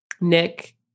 Nick